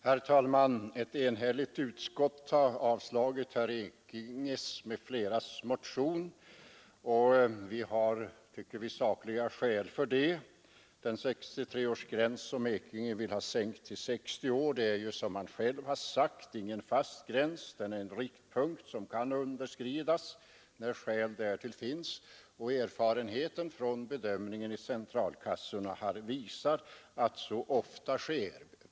Herr talman! Ett enhälligt utskott har avstyrkt den motion som herr Ekinge m.fl. har väckt i denna fråga, och vi tycker att det finns sakliga skäl för det. Den 63-årsgräns som herr Ekinge vill ha sänkt till 60 år är ju, som han själv har sagt, ingen fast gräns utan den kan underskridas när skäl därtill finns. Erfarenheten från bedömningen i centralkassorna har visat att så ofta sker.